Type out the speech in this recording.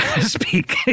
Speak